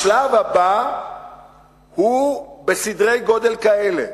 השלב הבא הוא בסדרי גודל כאלה,